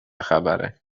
خبره